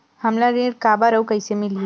हमला ऋण काबर अउ कइसे मिलही?